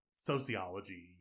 sociology